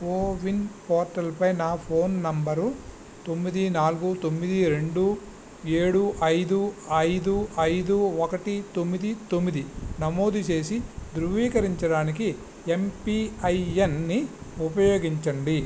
CoWIN పోర్టల్పై నా phone number తొమ్మిది నాలుగు తొమ్మిది రెండు ఏడు ఐదు ఐదు ఐదు ఒకటి తొమ్మిది తొమ్మిది నమోదు చేసి ధృవీకరించడానికి ఎంపిఐఎన్ని ఉపయోగించండి